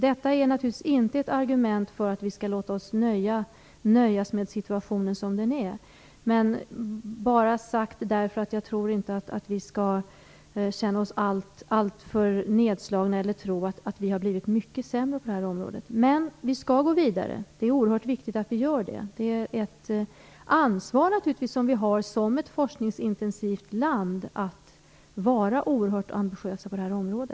Detta är naturligtvis inte ett argument för att vi skall låta oss nöja med situationen som den är, men jag vill ändå nämna det för att vi inte skall känna oss alltför nedslagna eller tro att vi har blivit mycket sämre på det här området. Vi skall gå vidare, och det är oerhört viktigt att vi gör det. Det är naturligtvis ett ansvar för oss som ett forskningsintensivt land att vara oerhört ambitiös på detta område.